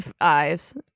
eyes